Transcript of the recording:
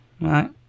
Right